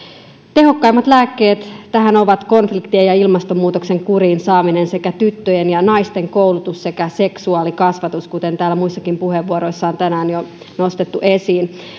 tehokkaimmat lääkkeet tähän ovat konfliktien ja ilmastonmuutoksen kuriin saaminen sekä tyttöjen ja naisten koulutus sekä seksuaalikasvatus kuten täällä muissakin puheenvuoroissa on tänään jo nostettu esiin